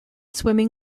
swimming